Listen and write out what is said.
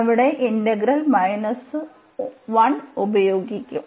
അവിടെ integral - I ഉപയോഗിക്കും